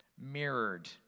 mirrored